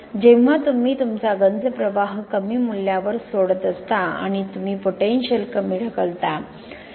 जेव्हा तुम्ही तुमचा गंज प्रवाह कमी मूल्यावर सोडत असता आणि तुम्ही पोटेन्शियल कमी ढकलता